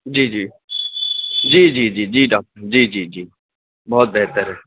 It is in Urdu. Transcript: جی جی جی جی جی جی ڈاکٹر جی جی جی بہت بہتر ہے